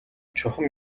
чухам